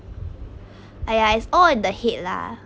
!aiya! is all in the head lah